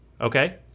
okay